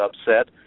upset